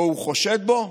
או שהוא חושד בו.